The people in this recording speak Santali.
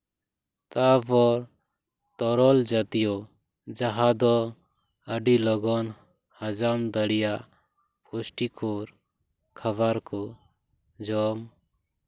ᱛᱟᱨᱯᱚᱨ ᱛᱚᱨᱚᱞ ᱡᱟᱹᱛᱤᱭᱚ ᱡᱟᱦᱟᱸ ᱫᱚ ᱟᱹᱰᱤ ᱞᱚᱜᱚᱱ ᱦᱚᱠᱚᱢ ᱫᱟᱲᱮᱭᱟᱜ ᱯᱩᱥᱴᱤᱠᱚᱨ ᱠᱷᱟᱵᱟᱨ ᱠᱚ ᱡᱚᱢ